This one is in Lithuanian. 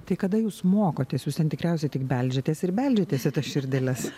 tai kada jūs mokotės jūs ten tikriausiai tik beldžiatės ir beldžiatės į tas širdeles